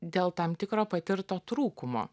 dėl tam tikro patirto trūkumo